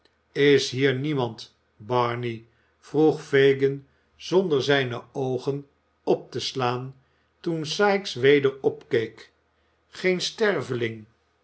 is hier niemand barney vroeg fagin zonder zijne oogen op te slaan toen sikes weder opkeek geen sterveling